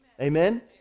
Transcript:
Amen